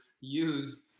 use